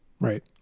Right